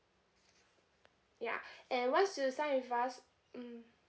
ya and once you sign with us mm